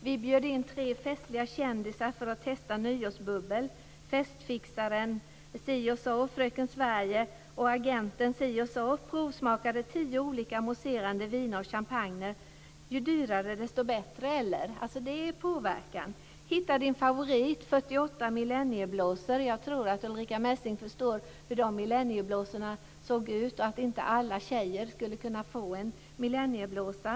Vi bjöd in tre festliga kändisar för att testa nyårsbubbel. Festfixaren si och så, Fröken Sverige och agenten si och så provsmakade tio olika mousserande viner och champagner. Ju dyrare, desto bättre, eller?" Det är påverkan. "Hitta din favorit - 48 millennieblåsor!" Jag tror att Ulrica Messing förstår hur de millennieblåsorna såg ut och att inte alla tjejer skulle kunna få en millennieblåsa.